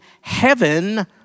heaven